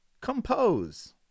Compose